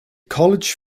college